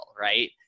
right